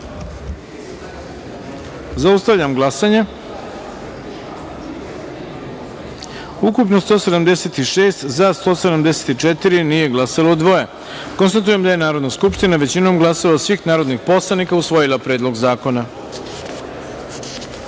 taster. Zaustavljam glasanje: ukupno – 176, za - 174, nije glasalo – dvoje. Konstatujem da je Narodna skupština većinom glasova svih narodnih poslanika usvojila Predlog zakona. Pošto